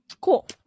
cool